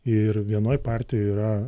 ir vienoj partijoj yra